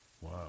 Wow